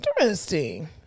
interesting